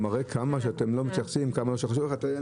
זה מראה כמה אתם לא מתייחסים וכמה זה חשוב לכם.